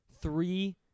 three